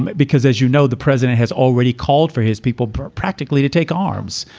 because, as you know, the president has already called for his people practically to take arms,